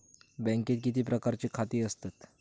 बँकेत किती प्रकारची खाती असतत?